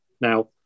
Now